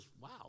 wow